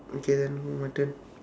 okay then my turn